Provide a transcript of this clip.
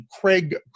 Craig